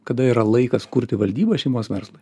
kada yra laikas kurti valdybą šeimos verslui